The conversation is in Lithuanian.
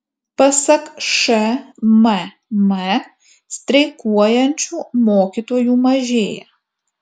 pasak šmm streikuojančių mokytojų mažėja